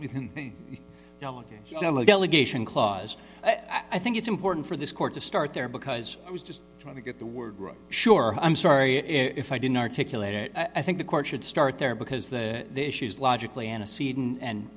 delegate delegation clause i think it's important for this court to start there because i was just trying to get the word sure i'm sorry if i didn't articulate it i think the court should start there because the issues logically an